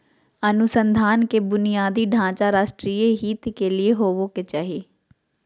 अनुसंधान के बुनियादी ढांचा राष्ट्रीय हित के होबो के चाही